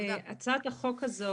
הצעת החוק הזו